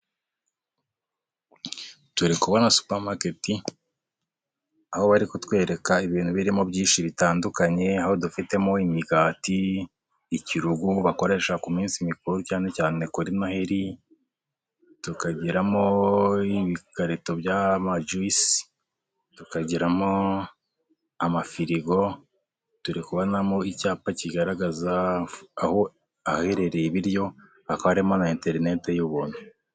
Turi kubona supa maketi aho bari kutwereka ibintu birimo byinshi bitandukanye, aho dufitemo imigati, ikirugu bakoresha ku minsi mikuru cyane cyane kuri noheri, tukagiramo ibikarito by'amajuyisi, tukagiramo amafirigo, turi kubonamo icyapa kigaragaza aho aherereye ibiryo, hakaba harimo na interinete y'ubuntu.